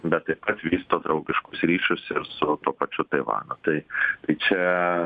bet taip pat vysto draugiškus ryšius ir su tuo pačiu taivanu tai čia